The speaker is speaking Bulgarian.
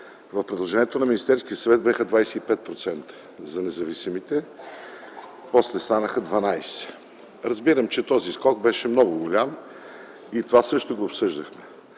В предложението на Министерския съвет бяха 25% за независимите, после станаха 12%. Разбирам, че този скок беше много голям. Това също го обсъждахме.